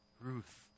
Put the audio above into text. Ruth